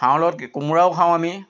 হাঁহৰ লগত কোমোৰাও খাওঁ আমি